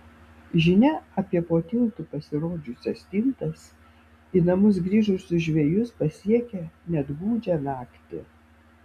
žinia apie po tiltu pasirodžiusias stintas į namus grįžusius žvejus pasiekia net gūdžią naktį